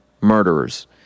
murderers